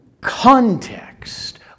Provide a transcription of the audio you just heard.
context